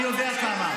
אני יודע כמה.